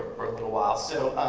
for a little while. so